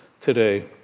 today